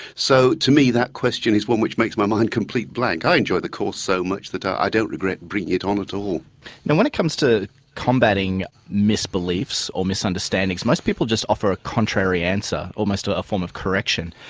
so to me that question is one which makes my mind a complete blank. i enjoy the course so much that i don't regret bringing it on at all. now when it comes to combating mis-beliefs or misunderstandings most people just offer a contrary answer, almost a a form of correction.